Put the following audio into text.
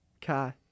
Kai